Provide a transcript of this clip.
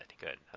Good